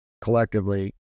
collectively